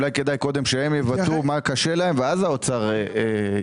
אולי כדאי קודם שהם יבטאו מה קשה להם ואז האוצר יגיב.